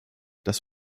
das